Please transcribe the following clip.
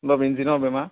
অলপ ইঞ্জিনৰ বেমাৰ